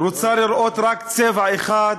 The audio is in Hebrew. רוצה לראות רק צבע אחד,